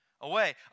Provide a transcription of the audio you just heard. away